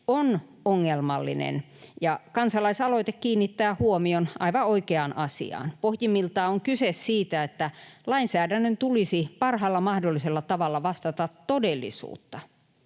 on ongelmallinen, ja kansalaisaloite kiinnittää huomion aivan oikeaan asiaan. Pohjimmiltaan on kyse siitä, että lainsäädännön tulisi parhaalla mahdollisella tavalla vastata todellisuutta,